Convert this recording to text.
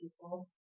people